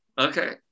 Okay